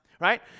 right